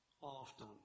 often